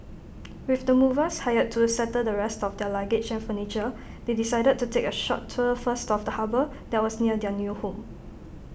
with the movers hired to settle the rest of their luggage and furniture they decided to take A short tour first of the harbour that was near their new home